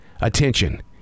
attention